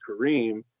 Kareem